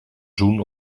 zoen